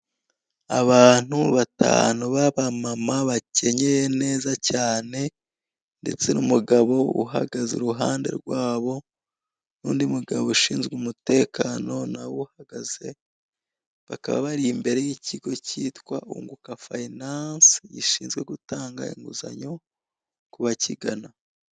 Abantu batanu b'abamama bacyenyeye neza cyane ndetse n'umugabo uhagaze iruhande rwabo, n'undi mugabo ushinzwe umutekano nawe uhagaze. Bakaba bari imbere y'ikigo cyitwa unguka fayinanse, gishinzwe gutanga Inguzanyo ku bakigana.